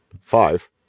five